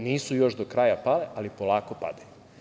Nisu još do kraja pale, ali polako padaju.